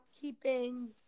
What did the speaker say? keeping